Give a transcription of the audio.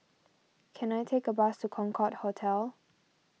can I take a bus to Concorde Hotel